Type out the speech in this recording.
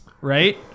right